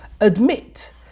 admit